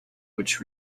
which